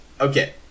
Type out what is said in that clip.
Okay